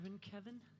Kevin